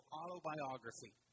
autobiography